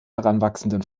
heranwachsenden